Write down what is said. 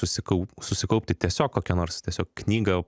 susikau susikaupti tiesiog kokią nors tiesiog knygą